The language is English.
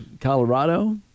Colorado